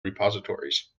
repositories